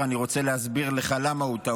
אני רוצה להסביר לך למה הוא טעות.